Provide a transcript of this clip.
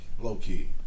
low-key